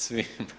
Svi.